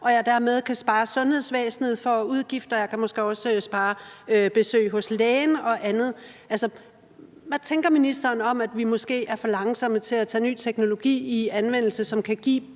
at man dermed kan spare sundhedsvæsenet for udgifter, og man kan måske også spare nogle besøg hos lægen og andet. Altså, hvad tænker ministeren om, at vi måske er for langsomme til at tage ny teknologi i anvendelse, som kan give